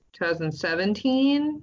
2017